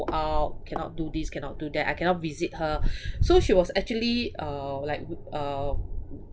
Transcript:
out cannot do this cannot do that I cannot visit her so she was actually uh like uh